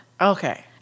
Okay